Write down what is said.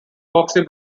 foxy